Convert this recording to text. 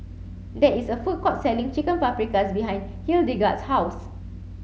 there is a food court selling Chicken Paprikas behind Hildegard's house